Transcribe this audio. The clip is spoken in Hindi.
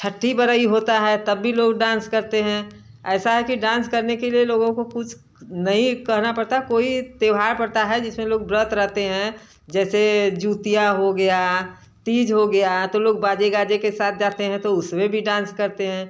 छट्ठी बढ़ई होता है तब भी लोग डांस करते हैं ऐसा है कि डांस करने के लिए लोगों को कुछ नहीं कहना पड़ता कोई त्यौहार पड़ता है जिसमें लोग व्रत रहते हैं जैसे जुतिया हो गया तीज हो गया तो लोग बाजे गाजे के साथ जाते हैं तो उसमें भी डांस करते हैं